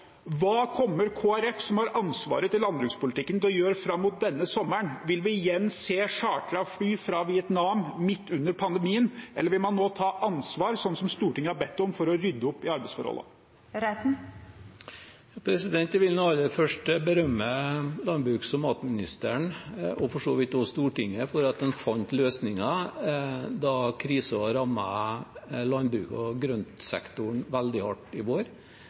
Hva kommer Kristelig Folkeparti, som har ansvaret for landbrukspolitikken, til å gjøre fram mot denne sommeren? Vil vi igjen se chartrede fly fra Vietnam midt under pandemien, eller vil man nå ta ansvar, slik Stortinget har bedt om, for å rydde opp i arbeidsforholdene? Jeg vil aller først berømme landbruks- og matministeren, og for så vidt også Stortinget, for at en fant løsninger da krisen rammet landbruket og grøntsektoren veldig hardt i vår.